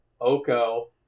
Oko